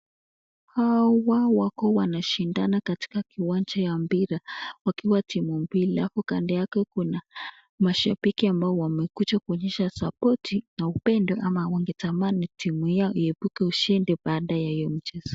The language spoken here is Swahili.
Hawa wako wanashindana katika kiwanja ya mpira wakiwa timu mbili hapo Kandi yake kuna mashapi ambayo wamekuja kuonyesha sapoti na upendo ama wangetamani timu Yao kuebuka ushindi baadae ya hiyo mchezo.